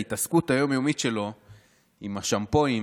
ההתעסקות היום-יומית שלו עם השמפואים,